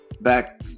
Back